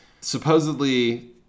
supposedly